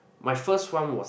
my first one was